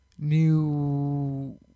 new